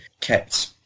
kept